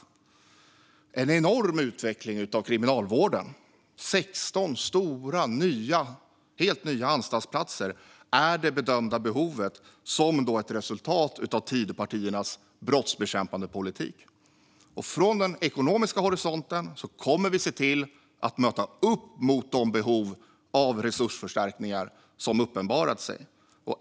Det handlar om en enorm utveckling av kriminalvården: 16 stora och helt nya anstalter är det bedömda behovet som är ett resultat av Tidöpartiernas brottsbekämpande politik. Från den ekonomiska horisonten kommer vi att svara upp mot de behov av resursförstärkningar som har uppenbarat sig.